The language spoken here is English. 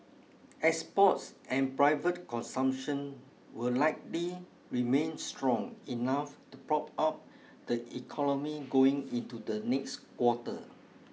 exports and private consumption will likely remain strong enough to prop up the economy going into the next quarter